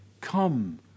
Come